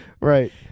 Right